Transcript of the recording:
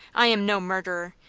i am no murderer!